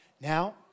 Now